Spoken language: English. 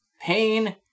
pain